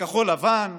לכחול לבן,